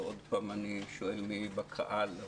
ואז אני שואל בקהל,